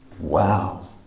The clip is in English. Wow